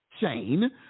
chain